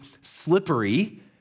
slippery